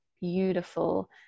beautiful